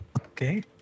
Okay